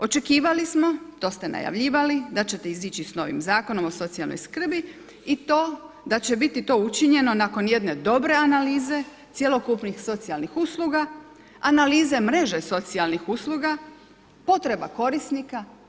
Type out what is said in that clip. Očekivali smo, to ste najavljivali da ćete izići s novim zakonom o socijalnoj skrbi i to da će biti to učinjeno nakon jedne dobre analize cjelokupnih socijalnih usluga, analize mreže socijalnih usluga, potreba korisnika.